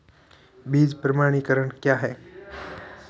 बीज प्रमाणीकरण क्या है?